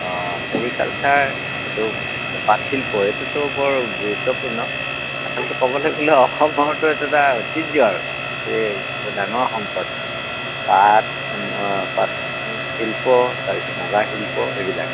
অঁ চেৰিকালচাৰ এইটো পাট শিল্পই এইটোতো বৰ গুৰুত্বপূৰ্ণ আচলতে ক'বলৈ গ'লে অসমৰতো এইটো এটা ঐতিহ্য আৰু এই ডাঙৰ সম্পদ পাট অঁ পাট শিল্প তাৰ পিছত মুগা শিল্প এইবিলাক